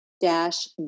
dash